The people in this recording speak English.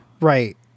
Right